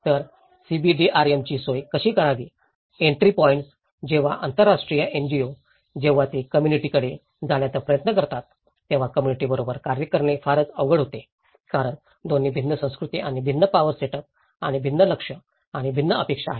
तर CBDRM ची सोय कशी करावी एन्ट्री पॉइंट्स जेव्हा आंतरराष्ट्रीय NGO जेव्हा ते कम्म्युनिटी कडे जाण्याचा प्रयत्न करतात तेव्हा कम्म्युनिटी बरोबर कार्य करणे फारच अवघड होते कारण दोन्ही भिन्न संस्कृती आणि भिन्न पावर सेटअप आणि भिन्न लक्ष्य आणि भिन्न अपेक्षा आहेत